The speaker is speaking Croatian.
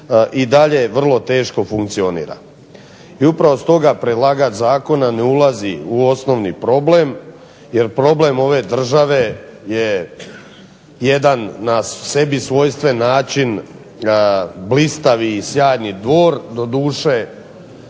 i dalje vrlo teško funkcionira. I upravo stoga predlagač zakona ne ulazi u osnovni problem, jer problem ove države je jedan na sebi svojstven način blistav i sjajni dvor, doduše